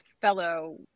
fellow